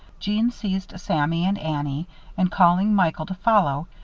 jeanne seized sammy and annie and, calling michael to follow,